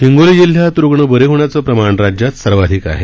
हिंगोली जिल्ह्यात रुग्ण बरे होण्याचे प्रमाण राज्यात सर्वाधिक आहे